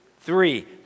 Three